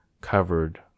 covered